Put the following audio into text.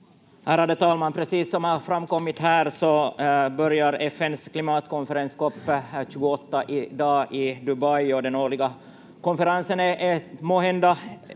Ärade talman! Precis som det har framkommit här börjar FN:s klimatkonferens COP 28 i dag i Dubai. Den årliga konferensen är måhända